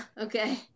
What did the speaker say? okay